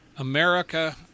America